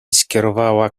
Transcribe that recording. skierowała